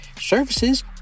services